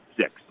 six